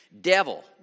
Devil